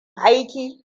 aiki